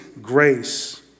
grace